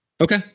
Okay